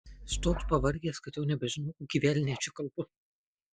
aš toks pavargęs kad jau nebežinau kokį velnią čia kalbu